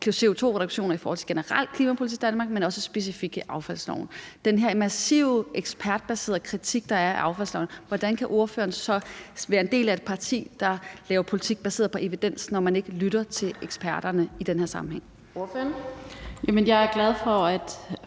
CO2-reduktioner, den generelle klimapolitik i Danmark, men også specifikt affaldsloven, altså den her massive ekspertbaserede kritik, der er rettet mod affaldsloven? Hvordan kan ordføreren være en del af et parti, der laver politik baseret på evidens, når man ikke lytter til eksperterne i den her sammenhæng?